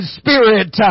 spirit